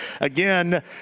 Again